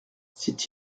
c’est